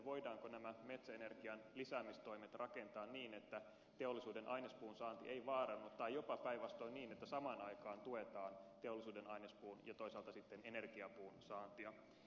voidaanko nämä metsäenergian lisäämistoimet rakentaa niin että teollisuuden ainespuun saanti ei vaarannu tai jopa päinvastoin niin että samaan aikaan tuetaan teollisuuden ainespuun ja toisaalta sitten energiapuun saantia